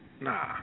Nah